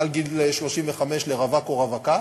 מעל גיל 35 לרווק או רווקה.